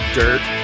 dirt